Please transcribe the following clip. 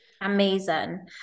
Amazing